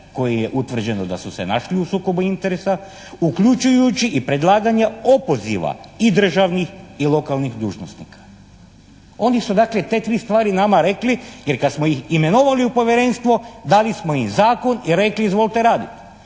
koje je utvrđeno da su se našli u sukobu interesa uključujući i predlaganja opoziva i državnih i lokalnih dužnosnika. Oni su dakle te tri stvari nama rekli jer kad smo ih imenovali u Povjerenstvo dali smo im zakon i rekli izvolite raditi.